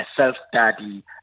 self-study